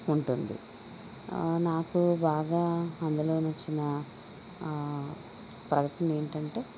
ఉంటుంది నాకు బాగా అందులో నచ్చిన ప్రకటన ఏంటంటే